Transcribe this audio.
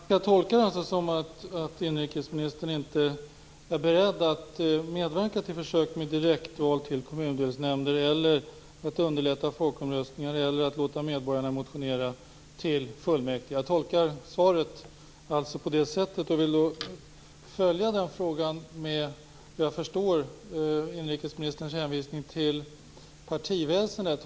Herr talman! Jag tolkar detta så att inrikesministern inte är beredd att medverka till försök med direktval till kommundelsnämnder, att underlätta folkomröstningar eller att låta medborgarna motionera till fullmäktige. Jag tolkar svaret på det sättet. Jag förstår inrikesministerns hänvisning till partiväsendet.